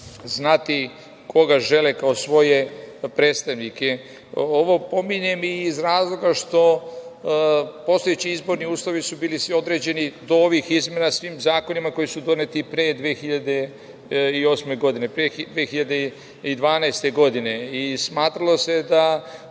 znati koga žele kao svoje predstavnike. Ovo pominjem iz razloga što postojeći izborni uslovi su bili svi određeni, do ovih izmena, svim zakonima koji su doneti pre 2008. godine, 2012. godine i smatralo se da